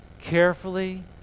carefully